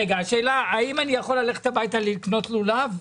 האם אני יכול ללכת הביתה לקנות לולב?